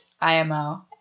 IMO